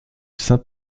saint